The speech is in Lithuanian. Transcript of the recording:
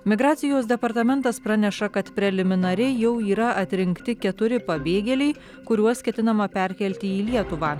migracijos departamentas praneša kad preliminariai jau yra atrinkti keturi pabėgėliai kuriuos ketinama perkelti į lietuvą